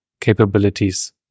capabilities